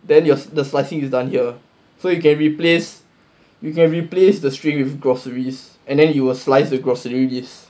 then the slicing will be done here so you can replace you can replace the string with groceies and then you will slice the grocery list